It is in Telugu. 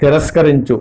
తిరస్కరించు